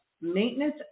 maintenance